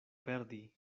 perdi